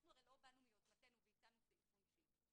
אנחנו הרי לא באנו מיוזמתנו והצענו סעיף עונשין,